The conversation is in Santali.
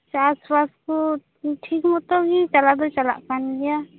ᱪᱟᱥᱵᱟᱥ ᱠᱚ ᱴᱷᱤᱠ ᱢᱚᱛᱚᱜᱮ ᱪᱟᱞᱟᱣ ᱫᱚ ᱪᱟᱞᱟᱜ ᱠᱟᱱᱜᱮᱭᱟ ᱦᱚᱸ